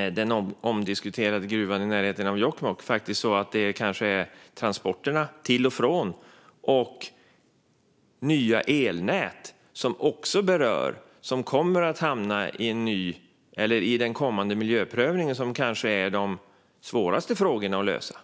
gäller den omdiskuterade gruvan i närheten av Jokkmokk är transporterna till och från gruvan liksom nya elnät, som också kommer att hamna i den kommande miljöprövningen, kanske de svåraste frågorna att lösa.